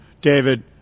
David